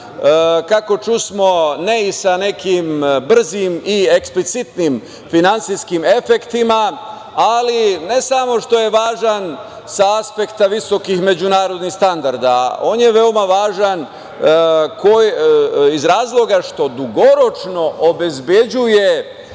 kako čusmo, ne i sa nekim brzim i eksplicitnim finansijskim efektima, ali ne samo što je važan sa aspekta visokih međunarodnih standarda. On je veoma važan iz razloga što dugoročno obezbeđuje,